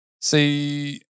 See